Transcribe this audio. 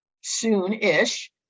soon-ish